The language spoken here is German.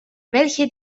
welche